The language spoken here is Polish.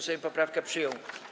Sejm poprawkę przyjął.